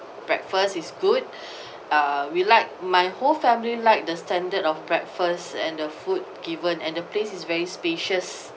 breakfast is good uh we liked my whole family like the standard of breakfast and the food given and the place is very spacious